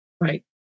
right